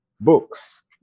books